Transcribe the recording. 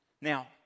Now